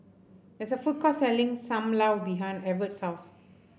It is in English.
there is a food court selling Sam Lau behind Evert's house